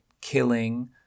killing